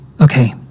okay